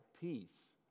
peace